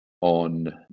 on